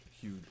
huge